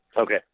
Okay